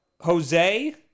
Jose